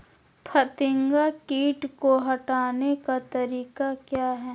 फतिंगा किट को हटाने का तरीका क्या है?